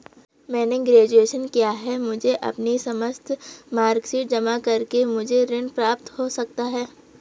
मैंने ग्रेजुएशन किया है मुझे अपनी समस्त मार्कशीट जमा करके मुझे ऋण प्राप्त हो सकता है?